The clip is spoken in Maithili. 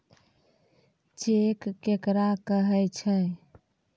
चेक केकरा कहै छै?